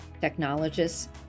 technologists